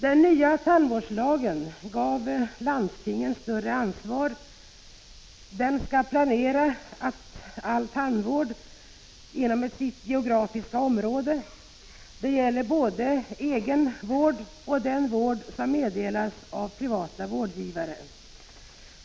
REPRISER Den nya tandvårdslagen gav landstingen större ansvar. De skall planera all tandvård inom sitt geografiska område. Detta gäller både den egna vården och den vård som meddelas av privata vårdgivare.